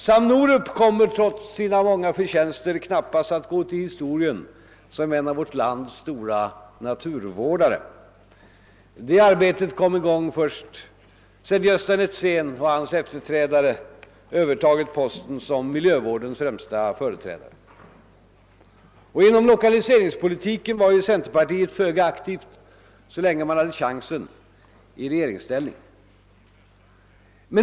Sam Norup kommer trots sina många förtjänster knappast att gå till historien som en av vårt lands stora naturvårdare. Arbetet på detta fält kom först i gång sedan Gösta Netzén och hans efterträdare övertagit posten som miljövårdens främsta företrädare. Inom 1okaliseringspolitiken var centerpartiet föga aktivt så länge det hade chansen att göra något i regeringsställning.